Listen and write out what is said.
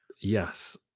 Yes